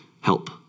help